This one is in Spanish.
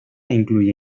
incluye